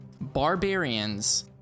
Barbarians